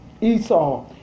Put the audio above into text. Esau